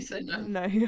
no